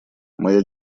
моя